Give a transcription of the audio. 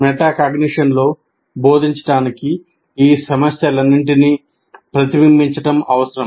మెటాకాగ్నిషన్తో బోధించడానికి ఈ సమస్యలన్నింటినీ ప్రతిబింబించడం అవసరం